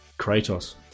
kratos